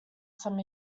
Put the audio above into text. some